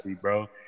bro